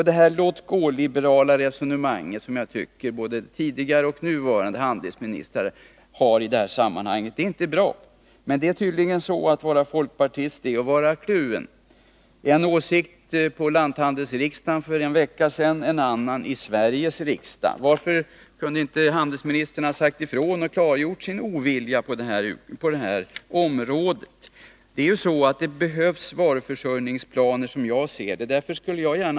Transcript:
Det låtgåliberala resonemang som jag tycker att både den tidigare och den nuvarande handelsministern för i det här sammanhanget är inte bra. Att vara folkpartist är tydligen att vara kluven — en åsikt på lanthandels riksdagen för en vecka sedan, en annan i Sveriges riksdag. Varför kunde inte handelsministern ha sagt ifrån och klargjort sin ovilja på det här området? Det behövs varuförsörjningsplaner, som jag ser det.